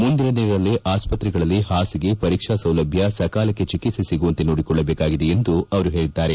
ಮುಂದಿನ ದಿನಗಳಲ್ಲಿ ಆಸ್ಪತ್ರೆಗಳಲ್ಲಿ ಹಾಸಿಗೆ ಪರೀಕ್ಷಾ ಸೌಲಭ್ಯ ಸಕಾಲಕ್ಕೆ ಚಿಕಿತ್ಸೆ ಸಿಗುವಂತೆ ನೋಡಿಕೊಳ್ಳಬೇಕಾಗಿದೆ ಎಂದು ಅವರು ಹೇಳಿದ್ದಾರೆ